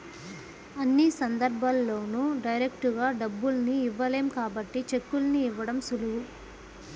అన్ని సందర్భాల్లోనూ డైరెక్టుగా డబ్బుల్ని ఇవ్వలేం కాబట్టి చెక్కుల్ని ఇవ్వడం సులువు